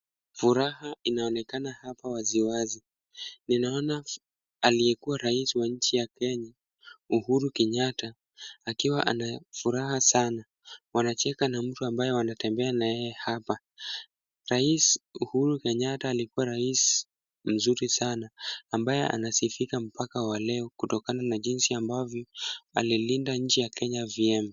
Furaha inaonekana hapa waziwazi. Ninaona aliyekuwa rais wa nchi ya Kenya Uhuru Kenyatta akiwa ana furaha sana, wanacheka na mtu ambaye wanatembea na yeye hapa. Rais uhuru Kenyatta alikuwa rais mzuri sana ambaye anasifika mpaka wa leo kutokana na jinsi ambavyo alilinda nchi ya Kenya vyema.